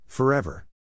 Forever